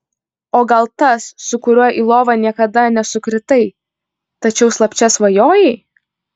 o gal tas su kuriuo į lovą niekada nesukritai tačiau slapčia svajojai